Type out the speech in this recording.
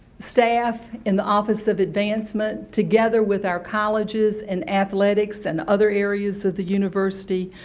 staff in the office of advancement, together with our colleges, and athletics and other areas of the university,